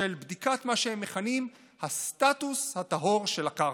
של בדיקת מה שהם מכנים הסטטוס הטהור של הקרקע,